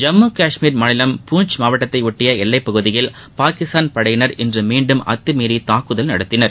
ஜம்மு காஷ்மீர் மாநிலம் பூஞ்ச் மாவட்டத்தைபொட்டிய எல்லைப் பகுதியில் பாகிஸ்தான் படையினர் இன்று மீண்டும் அத்துமீறி தாக்குதல் நடத்தினர்